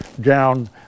Down